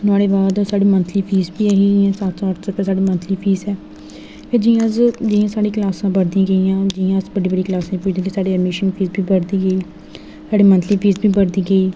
नुआढ़े बाद साढ़ी मंथली फीस बी ऐ ही सत्त अट्ठ सौ रपेआ साढ़ी मंथली फीस ऐ जि'यां साढ़ियां क्लासा बधदियां गेइयां जि'यां अस बड्डी बड्डी क्लासें च साढ़ी एडमिशन फीस बी बधदी गेई साढ़ी मंथली फीस बी बधदी गेई